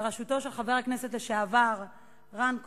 אני מבקש מחבר הכנסת חיים אורון,